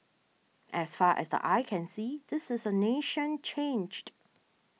as far as the eye can see this is a nation changed